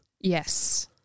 Yes